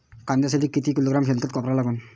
कांद्यासाठी किती किलोग्रॅम शेनखत वापरा लागन?